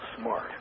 smart